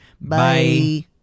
Bye